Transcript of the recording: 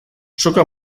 soka